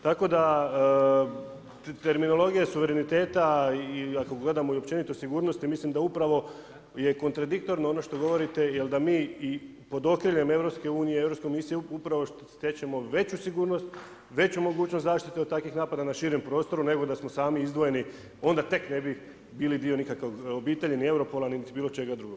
Tako da terminologija suvereniteta i ako gledamo općenito sigurnosti mislim da upravo je kontradiktorno ono što govorite jer da mi i pod okriljem EU, Europske komisije upravo stečemo veću sigurnost, veću mogućnost zaštite od takvih napada na širem prostoru nego da smo sami izdvojeni, onda tek ne bi bili dio nikakve obitelji, ni Europola, niti bilo čega drugog.